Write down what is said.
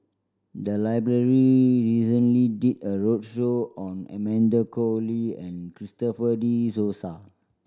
the library recently did a roadshow on Amanda Koe Lee and Christopher De